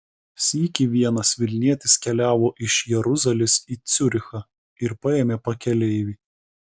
sykį vienas vilnietis keliavo iš jeruzalės į ciurichą ir paėmė pakeleivį